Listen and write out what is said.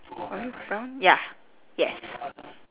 olive brown ya yes